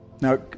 Now